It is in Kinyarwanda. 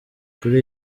kuri